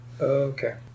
Okay